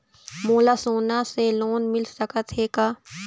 मोला सोना से लोन मिल सकत हे का?